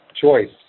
Choice